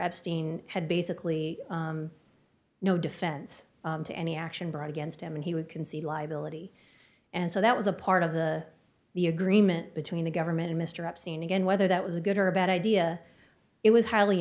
epstein had basically no defense to any action brought against him and he would concede liability and so that was a part of the the agreement between the government and mr epstein again whether that was a good or a bad idea it was highly